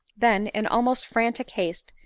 then, in almost frantic haste,